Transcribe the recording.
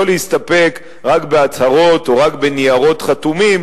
לא להסתפק רק בהצהרות או רק בניירות חתומים,